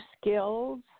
skills